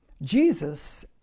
Jesus